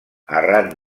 arran